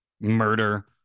murder